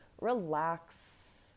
relax